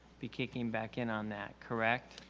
be kicking back in on that. correct?